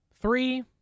three